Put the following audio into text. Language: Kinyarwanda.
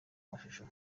mashusho